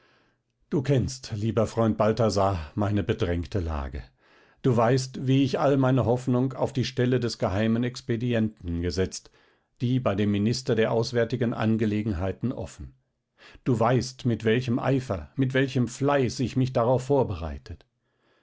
du kennst lieber freund balthasar meine bedrängte lage du weißt wie ich all meine hoffnung auf die stelle des geheimen expedienten gesetzt die bei dem minister der auswärtigen angelegenheiten offen du weißt mit welchem eifer mit welchem fleiß ich mich darauf vorbereitet